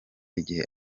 igihe